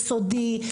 יסודי,